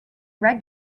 red